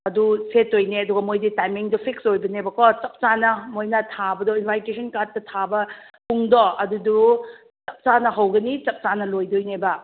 ꯑꯗꯨ ꯁꯦꯠꯇꯣꯏꯅꯦ ꯑꯗꯨꯒ ꯃꯣꯏꯒꯤ ꯇꯥꯏꯃꯤꯡꯗꯣ ꯐꯤꯛꯁ ꯑꯣꯏꯗꯣꯏꯅꯦꯕꯀꯣ ꯆꯞ ꯆꯥꯅ ꯃꯣꯏꯅ ꯊꯥꯕꯗꯣ ꯏꯟꯚꯤꯇꯦꯁꯟ ꯀꯥꯔꯗꯇ ꯊꯥꯕ ꯄꯨꯡꯗꯣ ꯑꯗꯨꯗꯨ ꯆꯞ ꯆꯥꯅ ꯍꯧꯒꯅꯤ ꯆꯞ ꯆꯥꯅ ꯂꯣꯏꯗꯣꯏꯅꯦꯕ